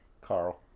Carl